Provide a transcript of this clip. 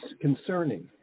concerning